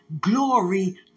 glory